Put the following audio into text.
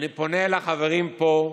אני פונה אל החברים פה: